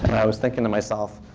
i was thinking to myself,